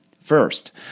First